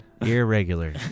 Irregular